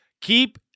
Keep